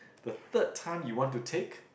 the third time you want to take